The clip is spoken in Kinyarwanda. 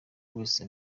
wese